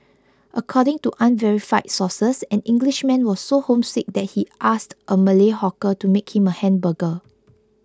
according to unverified sources an Englishman was so homesick that he asked a Malay hawker to make him a hamburger